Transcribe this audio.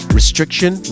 restriction